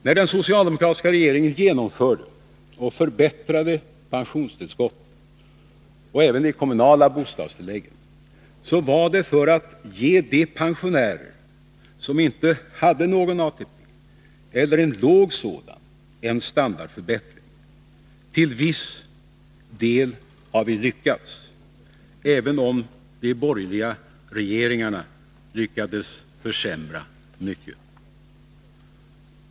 När den socialdemokratiska regeringen genomförde och förbättrade pensionstillskottet, och även det kommunala bostadstillägget, var det för att ge de pensionärer som inte hade någon ATP eller en låg sådan en standardförbättring. Till viss del har vi lyckats, även om de borgerliga regeringarna lyckades försämra mycket.